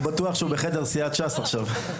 הוא בטוח שהוא בחדר סיעת ש"ס עכשיו.